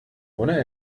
ohne